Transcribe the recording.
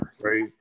Right